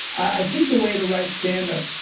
i think the way to write standup,